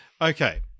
Okay